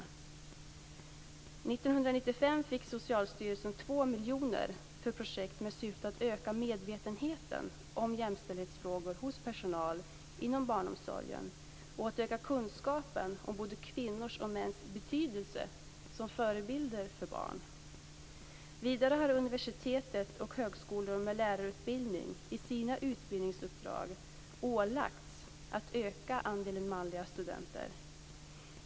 År 1995 fick Socialstyrelsen 2 miljoner för projekt med syfte att öka medvetenheten om jämställdhetsfrågor hos personal inom barnomsorgen och att öka kunskapen om både kvinnors och mäns betydelse som förebilder för barn. Vidare har universitet och högskolor med lärarutbildning i sina utbildningsuppdrag ålagts att öka andelen manliga studenter.